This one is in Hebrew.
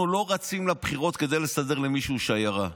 אנחנו לא רצים לבחירות כדי לסדר למישהו שיירה.